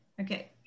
Okay